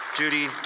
Judy